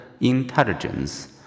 intelligence